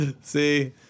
See